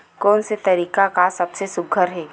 कोन से तरीका का सबले सुघ्घर हे?